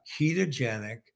ketogenic